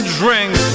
drink